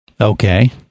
Okay